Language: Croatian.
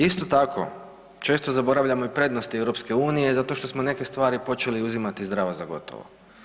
Isto tako često zaboravljamo i prednosti EU zato što smo neke stvari počeli uzimati zdravo za gotovo.